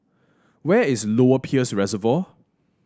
where is Lower Peirce Reservoir